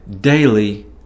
daily